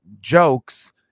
jokes